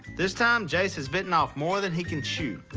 this time jase has bitten off more than he can chew.